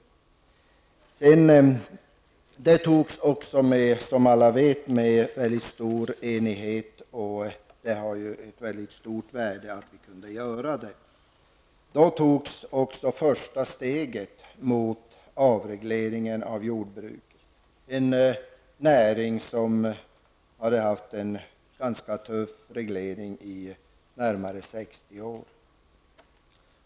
Vi fattade det beslutet, som alla vet, i stor enighet, och det har ett väldigt stort värde att vi kunde göra det. Då togs också första steget mot avregleringen av jordbruket, en näring som varit ganska tufft reglerad i närmare 60 år.